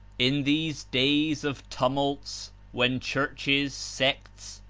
in these days of tumults when churches, sects,